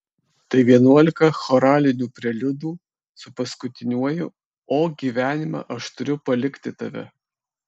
tai vienuolika choralinių preliudų su paskutiniuoju o gyvenime aš turiu palikti tave